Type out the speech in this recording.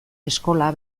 eskola